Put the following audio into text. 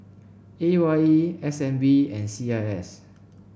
A Y E S N B and C I S